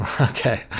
Okay